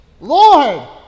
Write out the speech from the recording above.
Lord